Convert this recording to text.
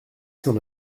s’en